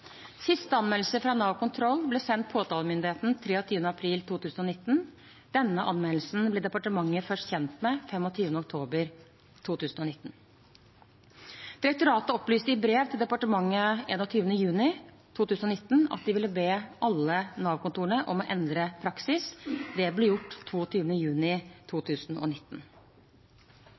anmeldelse fra Nav kontroll ble sendt påtalemyndigheten 23. april 2019. Denne anmeldelsen ble departementet først kjent med 25. oktober 2019. Direktoratet opplyste i brev til departementet 21. juni 2019 at de ville be alle Nav-kontorene om å endre praksis. Dette ble gjort 22. juni 2019.